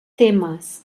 temes